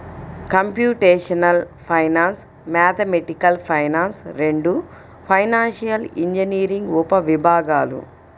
computational finance, mathematical finance రెండూ financial engineering ఉపవిభాగాలు